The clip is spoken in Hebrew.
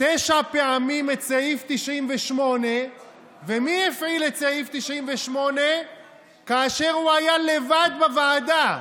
תשע פעמים את סעיף 98. ומי הפעיל את סעיף 98 כאשר הוא היה לבד בוועדה,